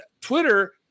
Twitter